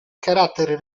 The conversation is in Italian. carattere